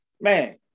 man